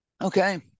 Okay